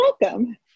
welcome